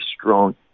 strong